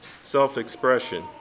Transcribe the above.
self-expression